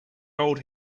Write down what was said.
old